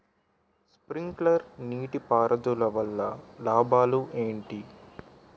Sprinkler నీటిపారుదల వల్ల లాభాలు ఏంటి?